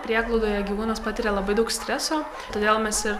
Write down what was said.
prieglaudoje gyvūnas patiria labai daug streso todėl mes ir